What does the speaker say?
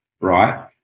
right